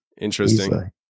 interesting